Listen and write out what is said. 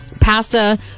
Pasta